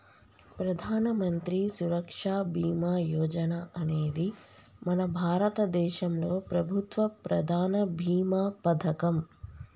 ప్రధానమంత్రి సురక్ష బీమా యోజన అనేది మన భారతదేశంలో ప్రభుత్వ ప్రధాన భీమా పథకం